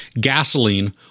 gasoline